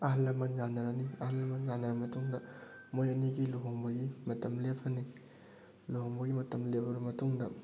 ꯑꯍꯜ ꯂꯃꯜ ꯌꯥꯟꯅꯔꯅꯤ ꯑꯍꯜ ꯂꯃꯜ ꯌꯥꯟꯅꯔ ꯃꯇꯨꯡꯗ ꯃꯣꯏ ꯑꯅꯤꯒꯤ ꯂꯨꯍꯣꯡꯕꯒꯤ ꯃꯇꯝ ꯂꯦꯞꯄꯅꯤ ꯂꯨꯍꯣꯡꯕꯒꯤ ꯃꯇꯝ ꯂꯦꯞꯂꯕ ꯃꯇꯨꯡꯗ